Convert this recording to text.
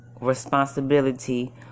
responsibility